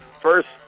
first